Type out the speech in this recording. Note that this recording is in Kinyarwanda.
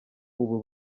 ubu